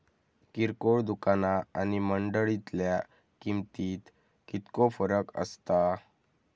किरकोळ दुकाना आणि मंडळीतल्या किमतीत कितको फरक असता?